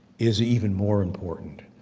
is even more important.